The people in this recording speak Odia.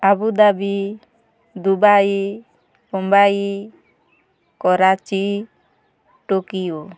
Abu Dhabi Dubai Mumbai Karachi Tokyo